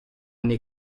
nei